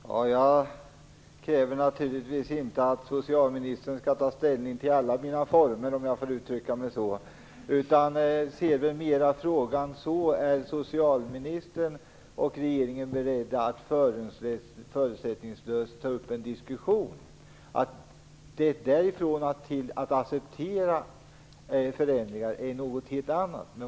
Herr talman! Jag kräver naturligtvis inte att socialministern skall ta ställning till alla mina former, om jag får uttrycka mig så. Jag ser frågan mer så här: Är socialministern och regeringen beredda att förutsättningslöst ta upp en diskussion? Att sedan acceptera förändringar är något helt annat.